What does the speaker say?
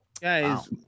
guys